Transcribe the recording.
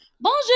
bonjour